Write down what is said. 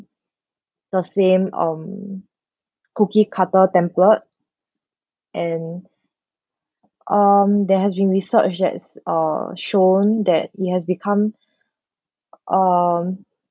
the same um cookie-cutter template and um there has been researched that's uh shown that it has become um